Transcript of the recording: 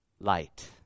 light